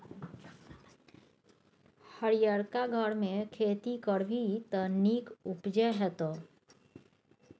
हरियरका घरमे खेती करभी त नीक उपजा हेतौ